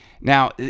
Now